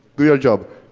do your job.